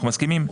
אנחנו מסכימים?